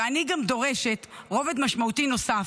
ואני גם דורשת רובד משמעותי נוסף: